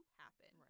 happen